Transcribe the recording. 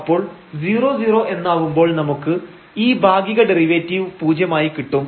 അപ്പൊൾ 0 0 എന്നാവുമ്പോൾ നമുക്ക് ഈ ഭാഗിക ഡെറിവേറ്റീവ് പൂജ്യമായി കിട്ടും